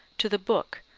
to the book,